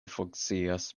funkcias